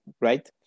right